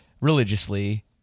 religiously